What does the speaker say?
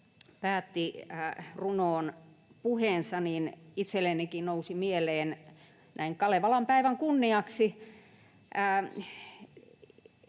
päätti runoon puheensa, niin itsellenikin nousivat mieleen näin Kalevalan päivän kunniaksi